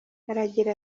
aragira